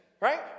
right